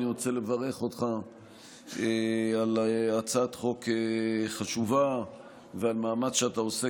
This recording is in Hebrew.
אני רוצה לברך אותך על הצעת חוק חשובה ועל המאמץ שאתה עושה